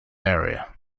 area